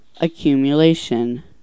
Accumulation